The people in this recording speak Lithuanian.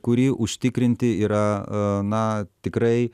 kurį užtikrinti yra na tikrai